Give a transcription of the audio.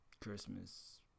Christmas